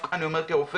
ודווקא אני אומר כרופא,